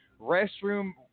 restroom